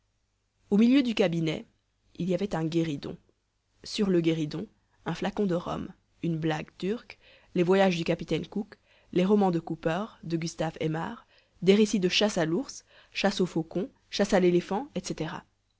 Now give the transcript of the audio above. au milieu du cabinet il y avait un guéridon sur le guéridon un flacon de rhum une blague turque les voyages du capitaine cook les romans de cooper de gustave aimard des récits de chasse à l'ours chasse au faucon chasse à l'éléphant etc